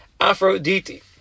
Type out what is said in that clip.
Aphrodite